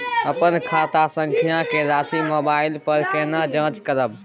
अपन खाता संख्या के राशि मोबाइल पर केना जाँच करब?